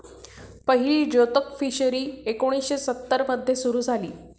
पहिली जोतक फिशरी एकोणीशे सत्तर मध्ये सुरू झाली